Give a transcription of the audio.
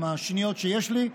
בשניות שיש לי,